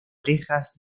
orejas